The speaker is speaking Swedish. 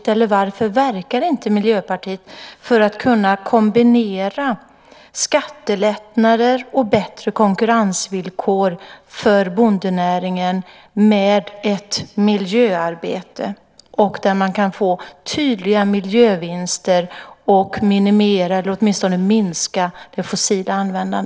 Varför verkar inte Miljöpartiet för att kunna kombinera skattelättnader och bättre konkurrensvillkor för bondenäringen med ett miljöarbete där man kan få tydliga miljövinster och minimera, eller åtminstone minska, användandet av fossila bränslen?